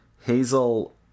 hazel